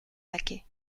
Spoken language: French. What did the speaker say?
laquais